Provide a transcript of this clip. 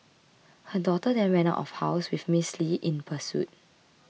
her daughter then ran out of house with Miss Li in pursuit